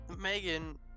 megan